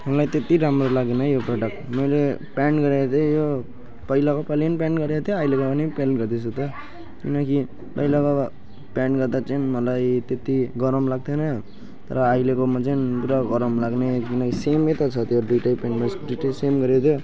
मलाई त्यत्ति राम्रो लागेन योपल्ट मैले पे पेन्ट गरेको थिएँ यो पहिलाको पाली पनि पेन्ट गरेको थिएँ अहिलेकोमा पनि पेन्ट गर्दैछु त किनकि पहिलाकोमा पेन्ट गर्दा चाहिँ मलाई त्यत्ति गरम लागेको थिएन तर अहिलेकोमा चाहिँ पुरा गरम लाग्ने पुरा सेमै त छ त्यो दुईवटै पेन्टमा दुईवटै सेम गरेको थियो